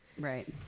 right